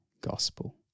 gospel